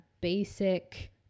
basic